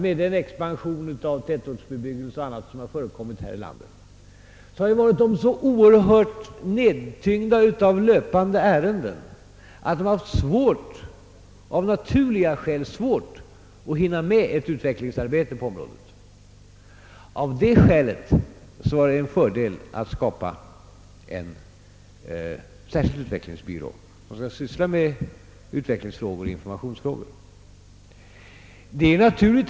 Med den tätortsbebyggelse som vi har här i landet har det av naturliga skäl varit svårt för byggnadsstyrelsen att hinna med ett utvecklingsarbete på området. Den har varit oerhört nedtyngd av löpande ärenden. Därför har det varit en fördel att skapa en särskild utvecklingsbyrå, som skall syssla med utvecklingsfrågor och informationsfrågor.